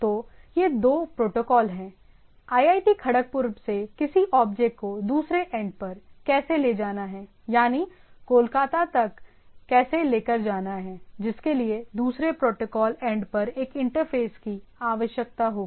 तो यह दो प्रोटोकॉल हैं IIT खड़गपुर से किसी ऑब्जेक्ट को दूसरे एंड पर कैसे ले जाना है यानी कोलकाता तक कैसे लेकर जाना है जिसके लिए दूसरे प्रोटोकॉल एंड पर एक इंटरफेस की आवश्यकता होगी